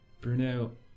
Bruno